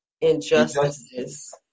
injustices